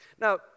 Now